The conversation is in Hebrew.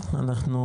אחר צוהריים טובים.